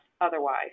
otherwise